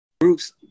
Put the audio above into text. groups